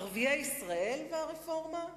ערבי ישראל והרפורמה,